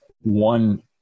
one